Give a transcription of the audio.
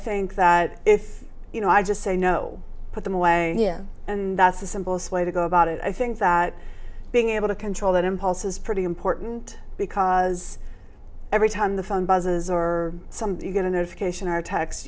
think that if you know i just say no put them away here and that's the simplest way to go about it i think that being able to control that impulse is pretty important because every time the phone buzzes or some you get a notification